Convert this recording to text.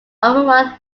overall